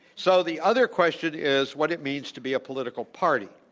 so the other question is what it means to be a political party.